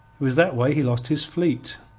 was that way he lost his fleet,